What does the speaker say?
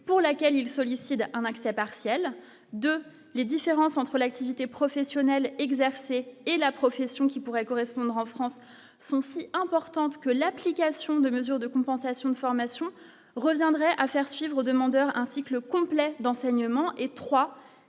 pour laquelle il sollicite un accès partiel 2 les différences entre l'activité professionnelle exercée et la profession qui pourraient correspondre en France sont aussi importantes que l'application de mesures de compensation de formation reviendrait à faire suivre demandeurs un cycle complet d'enseignement, et 3